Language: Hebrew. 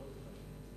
אני מאוד מכבד את זה,